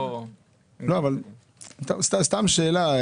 אבל סתם שאלה,